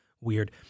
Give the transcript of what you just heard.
weird